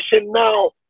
now